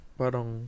parang